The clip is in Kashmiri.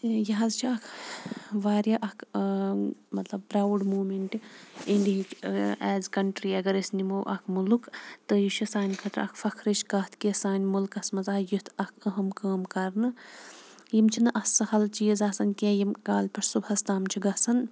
یہِ حظ چھِ اَکھ واریاہ اَکھ مطلب پرٛاوُڈ موٗمٮ۪نٛٹ اِنڈِہِکۍ ایز کَنٹِرٛی اگر أسۍ نِمو اَکھ مُلُک تہٕ یہِ چھِ سانہِ خٲطرٕ اَکھ فخرٕچ کَتھ کہِ سانہِ مُلکَس منٛز آیہِ یُتھ اَکھ اہم کٲم کَرنہٕ یِم چھِنہٕ اَتھ سہل چیٖز آسان کیٚنٛہہ یِم کالہٕ پٮ۪ٹھ صُبحَس تام چھِ گژھان